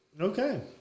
Okay